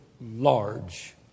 large